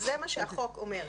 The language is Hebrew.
זה מה שהחוק אומר,